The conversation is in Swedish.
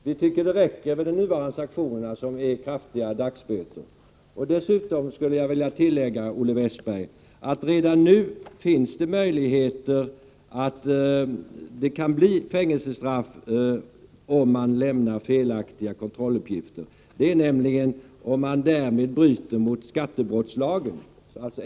Vi tycker att det räcker med de nuvarande sanktionerna, som är kraftiga dagsböter. Dessutom skulle jag vilja tillägga, Olle Westberg, att det redan nu kan bli fängelsestraff om man lämnar felaktiga kontrolluppgifter, nämligen om man därmed bryter mot skattebrottslagen.